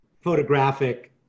photographic